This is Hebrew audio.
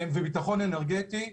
וביטחון אנרגטי.